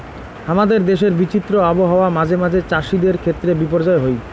হামাদের দেশের বিচিত্র আবহাওয়া মাঝে মাঝে চ্যাসিদের ক্ষেত্রে বিপর্যয় হই